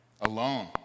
alone